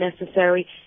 necessary